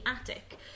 Attic*